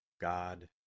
God